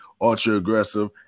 ultra-aggressive